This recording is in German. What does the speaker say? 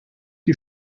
die